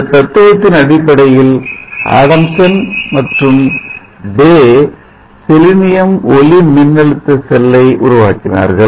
இந்த தத்துவத்தின் அடிப்படையில் அடம்சன் மற்றும் டே செலினியம் ஒளி மின்னழுத்த செல்லை உருவாக்கினார்கள்